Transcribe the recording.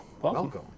welcome